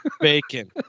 Bacon